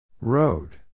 Road